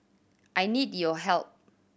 I need your help